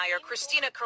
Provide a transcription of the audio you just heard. Christina